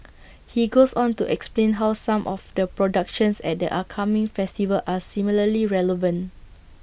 he goes on to explain how some of the productions at the upcoming festival are similarly relevant